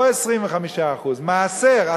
לא 25% אלא מעשר,